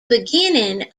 beginning